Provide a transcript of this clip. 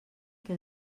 que